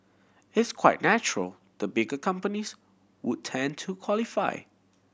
it's quite natural the bigger companies would tend to qualify